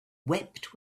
wept